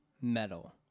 metal